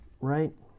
right